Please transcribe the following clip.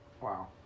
Wow